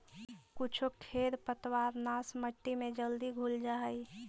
कुछो खेर पतवारनाश मट्टी में जल्दी घुल जा हई